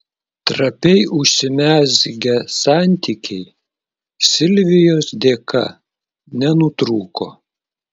trapiai užsimezgę santykiai silvijos dėka nenutrūko